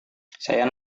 saya